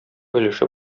өлеше